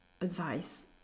advice